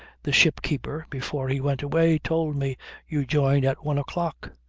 the ship-keeper, before he went away, told me you joined at one o'clock.